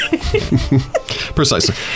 Precisely